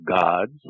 gods